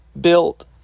built